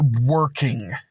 working